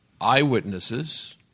eyewitnesses